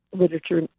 literature